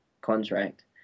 contract